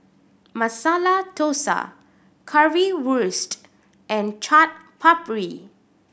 Masala Dosa Currywurst and Chaat Papri